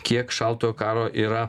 kiek šaltojo karo yra